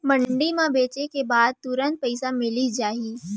मंडी म बेचे के बाद तुरंत पइसा मिलिस जाही?